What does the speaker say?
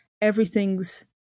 Everything's